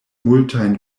multajn